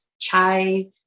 chai